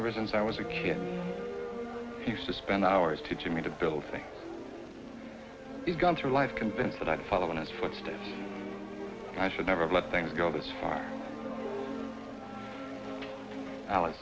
ever since i was a kid you used to spend hours teaching me to build things he's gone through life convinced that i'd follow in his footsteps i should never let things go this far alex